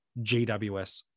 GWS